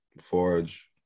Forge